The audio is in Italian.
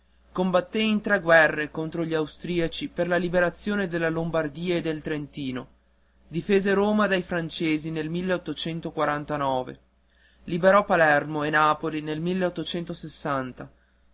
combatté in tre guerre contro gli austriaci per la liberazione della lombardia e del trentino difese roma dai francesi nel liberò palermo e napoli nel